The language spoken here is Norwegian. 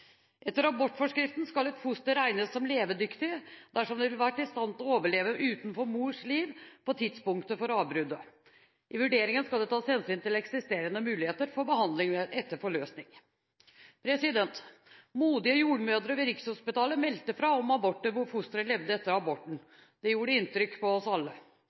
Etter abortforskriften skal et foster regnes som levedyktig dersom det ville vært i stand til å overleve utenfor mors liv på tidspunktet for avbruddet. I vurderingen skal det tas hensyn til eksisterende muligheter for behandling etter forløsning. Modige jordmødre ved Rikshospitalet meldte fra om aborter hvor fosteret levde etter aborten. Det gjorde inntrykk på oss alle.